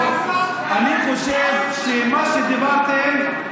אני חושב שמה שדיברתם,